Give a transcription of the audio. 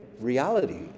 reality